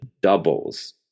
doubles